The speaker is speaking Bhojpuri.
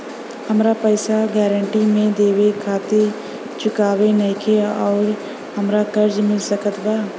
हमरा पास गारंटी मे देवे खातिर कुछूओ नईखे और हमरा कर्जा मिल सकत बा?